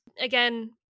again